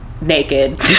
naked